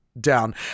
down